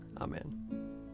Amen